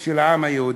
של העם היהודי.